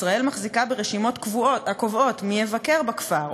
ישראל מחזיקה ברשימות הקובעות מי יבקר בכפר,